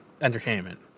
Entertainment